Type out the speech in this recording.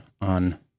on